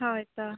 ᱦᱳᱭ ᱛᱳ